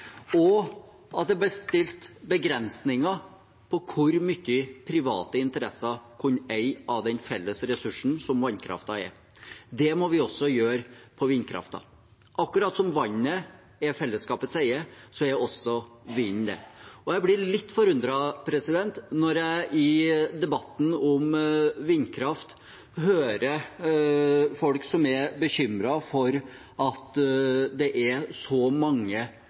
og at det ble satt begrensninger for hvor mye private interesser kunne eie av den felles ressursen som vannkraften er. Det må vi gjøre også for vindkraften. Akkurat som vannet er fellesskapets eie, er også vinden det. Jeg blir litt forundret når jeg i debatten om vindkraft hører folk som er bekymret for at det er så mange